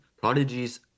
prodigies